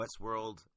Westworld